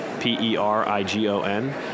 P-E-R-I-G-O-N